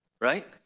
right